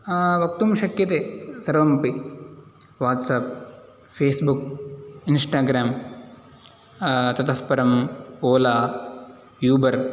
वक्तुं शक्यते सर्वमपि वाट्सप् फ़ेस्बुक् इन्स्टाग्राम् ततः परम् ओला यूबर्